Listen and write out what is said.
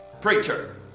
Preacher